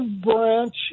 branch